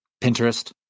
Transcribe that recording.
Pinterest